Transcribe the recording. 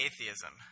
atheism